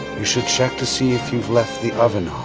you should check to see if you've left the oven